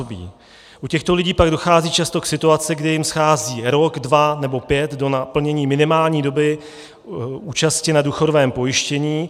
U těchto lidí pak dochází často k situaci, kdy jim schází rok, dva nebo pět do naplnění minimální doby účasti na důchodovém pojištění.